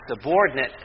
subordinate